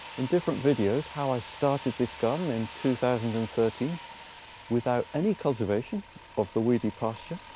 in different videos, how i started this garden in two thousand and thirteen without any cultivation of the weedy pasture.